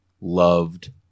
loved